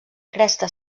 cresta